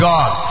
God